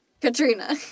Katrina